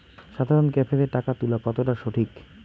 সাধারণ ক্যাফেতে টাকা তুলা কতটা সঠিক?